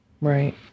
Right